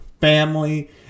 family